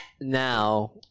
now